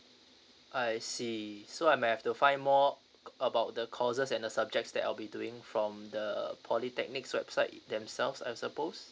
I see so I might have to find more about the courses and the subjects that I'll be doing from the polytechnics website themselves I suppose